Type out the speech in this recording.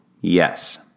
Yes